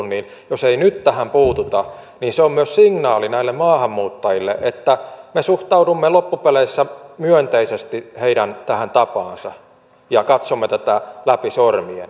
jos ei nyt tähän puututa niin se on myös signaali näille maahanmuuttajille että me suhtaudumme loppupeleissä myönteisesti tähän heidän tapaansa ja katsomme tätä läpi sormien